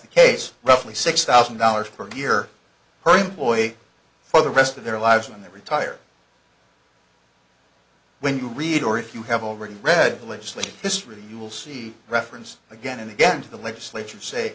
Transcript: the case roughly six thousand dollars per year per employee for the rest of their lives when they retire when you read or if you have already read the legislative history you will see reference again and again to the legislature say